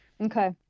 Okay